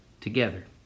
together